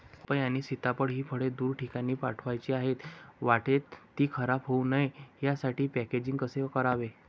पपई आणि सीताफळ हि फळे दूर ठिकाणी पाठवायची आहेत, वाटेत ति खराब होऊ नये यासाठी पॅकेजिंग कसे करावे?